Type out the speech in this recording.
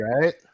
right